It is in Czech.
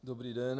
Dobrý den.